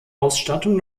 ausstattung